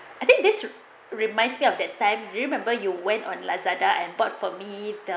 I think this reminds me of that time remember you went on lazada and bought for me the